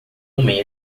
homem